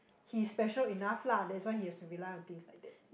he's special enough lah that's why he has to rely on things like that